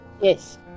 Yes